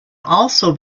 also